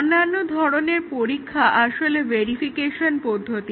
অন্যান্য ধরনের পরীক্ষাগুলো আসলে ভেরিফিকেশন পদ্ধতি